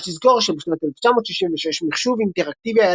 יש לזכור שבשנת 1966 מחשוב אינטראקטיבי היה